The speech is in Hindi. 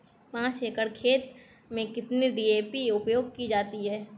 पाँच एकड़ खेत में कितनी डी.ए.पी उपयोग की जाती है?